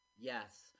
Yes